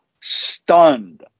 stunned